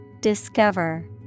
Discover